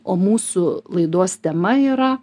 o mūsų laidos tema yra